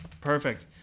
Perfect